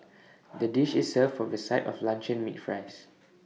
the dish is served with A side of luncheon meat fries